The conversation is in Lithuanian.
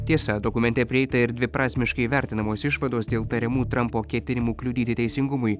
tiesa dokumente prieita ir dviprasmiškai vertinamos išvados dėl tariamų trampo ketinimų kliudyti teisingumui